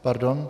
Pardon.